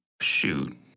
shoot